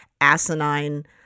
asinine